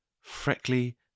freckly